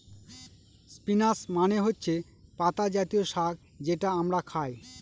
spinach মানে হচ্ছে পাতা জাতীয় শাক যেটা আমরা খায়